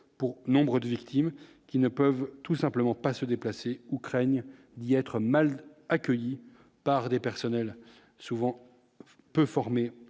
pour nombre de victimes qui ne peuvent tout simplement pas se déplacer ou craignent dit être mal accueillis par des personnels, souvent peu formés